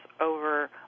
over